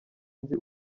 nzi